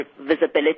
visibility